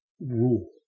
rule